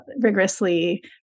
rigorously